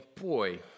boy